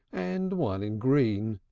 and one in green.